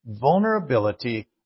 vulnerability